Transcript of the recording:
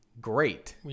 great